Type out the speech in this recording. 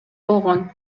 болгон